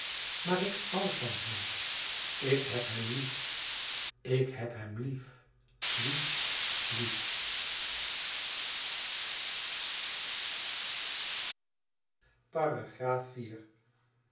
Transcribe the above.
maar ik hoû van hem ik heb hem lief ik heb hem lief lief lief